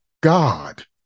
God